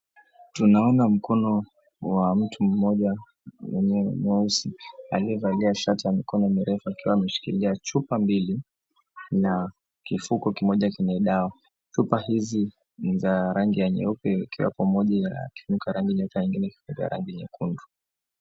Tunaona mkono wa mtu mmoja mwenye ni mweusi aliyevalia shati ya mikono mirefu akiwa ameshikilia chupa mbili na kifuko kimoja chenye dawa. Chupa hizi, ni za rangi ya nyeupe ikiwa pamoja ya kifuniko ya rangi nyota ingine kifuniko ya rangi nyekundu.